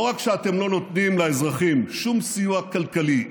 לא רק שאתם לא נותנים לאזרחים שום סיוע כלכלי,